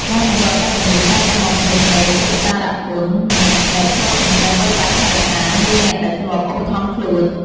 ដែលមនុស្សអកត្តញ្ញូតែងតែបំភ្លេចនូវឧបការគុណអ្នកដែលធ្លាប់ចិញ្ចឹមបីបាច់ថែរក្សា ឬអ្នកដែលធ្លាប់ឧបត្ថម្ភខ្លួន។